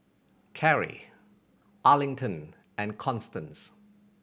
Karrie Arlington and Constance